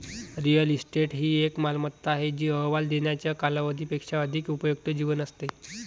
real estate ही एक मालमत्ता आहे जी अहवाल देण्याच्या कालावधी पेक्षा अधिक उपयुक्त जीवन असते